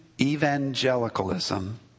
evangelicalism